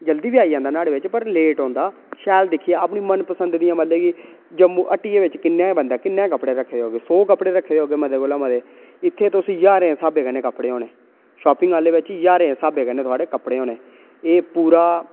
थोह्ड़ा लेट औंदा समान जल्दी गै आई जंदा पर लेट औंदा शैल दिक्खियै अपनी मन पसंद दी मतलब की जम्मू हट्टिया च किन्ना गै बंदा किन्ने गै कपड़े रक्खे दे होगे सौ कपड़े रक्खे दे होगे मते कोला मते इत्थै तुस ज्हारें दे स्हाबे कन्नै कपड़े होंदे शापिंग आह्ल बिच ज्हारें दे स्हाबै कन्ने थुआढ़े कपड़े होंने पूरा